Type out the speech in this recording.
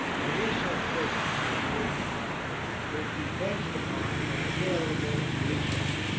a resource-based economy would be based upon available resources.